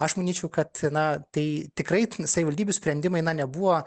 aš manyčiau kad na tai tikrai savivaldybių sprendimai na nebuvo